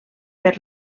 per